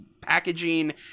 packaging